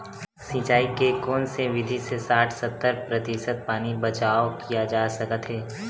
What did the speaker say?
सिंचाई के कोन से विधि से साठ सत्तर प्रतिशत पानी बचाव किया जा सकत हे?